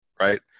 right